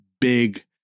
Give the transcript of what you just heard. big